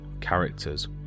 characters